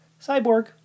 cyborg